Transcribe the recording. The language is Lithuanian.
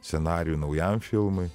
scenarijų naujam filmui